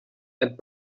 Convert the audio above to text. and